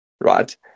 right